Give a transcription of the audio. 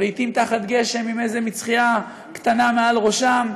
או לעתים תחת גשם עם איזו מצחייה קטנה מעל ראשם,